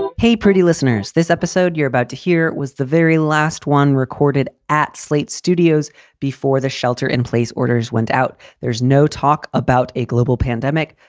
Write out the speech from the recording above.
hey, pretty listeners. this episode you're about to hear was the very last one recorded at slate studios before the shelter in place, orders went out. there's no talk about a global pandemic,